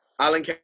Alan